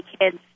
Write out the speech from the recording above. kids